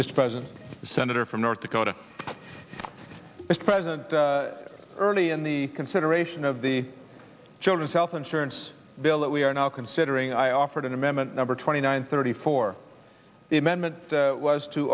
mr president the senator from north dakota as president early in the consideration of the children's health insurance bill that we are now considering i offered an amendment number twenty nine thirty four the amendment was to